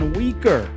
weaker